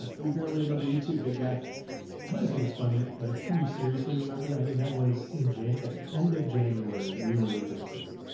we barely remember you too big guy, but i just think it's funny. like, can you seriously remember that? i mean, that was in june at the end of january, we were in new york city.